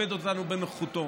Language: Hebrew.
כיבד אותנו בנוכחותו,